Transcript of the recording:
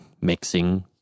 mixing